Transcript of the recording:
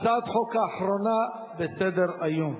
הצעת חוק אחרונה בסדר-היום: